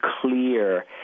clear